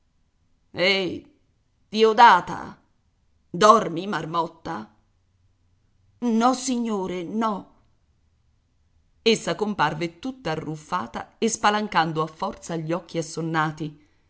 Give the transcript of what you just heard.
eh diodata dormi marmotta nossignore no essa comparve tutta arruffata e spalancando a forza gli occhi assonnati